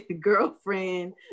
girlfriend